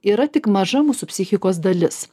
yra tik maža mūsų psichikos dalis